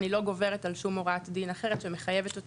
אני לא גוברת על הוראת דין שמחייבת אותי